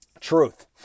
truth